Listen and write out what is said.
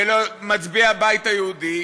ומצביעי הבית היהודי,